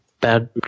bad